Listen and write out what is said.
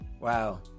Wow